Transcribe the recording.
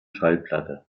schallplatte